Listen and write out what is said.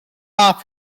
off